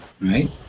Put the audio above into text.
right